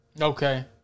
Okay